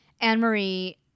Anne-Marie